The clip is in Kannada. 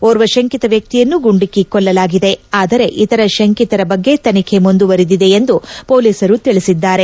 ಓರ್ವ ಶಂಕಿತ ವ್ಯಕ್ತಿಯನ್ನು ಗುಂಡಿಕ್ಕಿ ಕೊಲ್ಲಲಾಗಿದೆ ಆದರೆ ಇತರ ಶಂಕಿತರ ಬಗ್ಗೆ ತನಿಖೆ ಮುಂದುವರಿದಿದೆ ಎಂದು ಮೊಲೀಸರು ತಿಳಿಸಿದ್ದಾರೆ